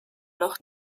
noch